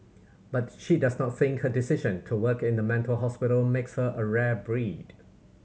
but she does not think her decision to work in the mental hospital makes her a rare breed